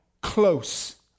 close